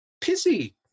pissy